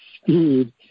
speed